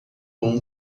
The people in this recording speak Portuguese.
bom